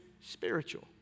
spiritual